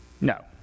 No